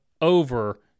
over